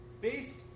based